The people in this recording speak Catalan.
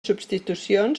substitucions